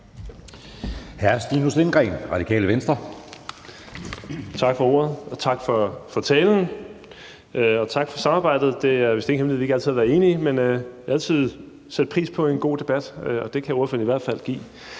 16:32 Stinus Lindgreen (RV): Tak for ordet, tak for talen, og tak for samarbejdet. Det er vist ingen hemmelighed, at vi ikke altid har været enige, men vi har altid sat pris på en god debat, og det kan ordføreren i hvert fald give.